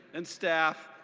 and staff,